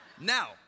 Now